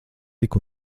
tik